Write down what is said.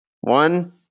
one